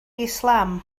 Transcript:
islam